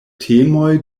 temoj